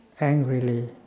angrily